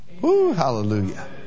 Hallelujah